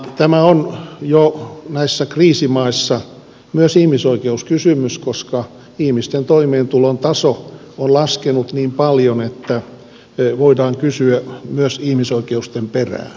tämä on jo näissä kriisimaissa myös ihmisoikeuskysymys koska ihmisten toimeentulon taso on laskenut niin paljon että voidaan kysyä myös ihmisoikeuksien perään